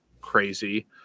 crazy